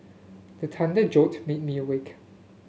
the thunder jolt with me awake